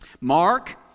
Mark